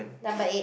number eight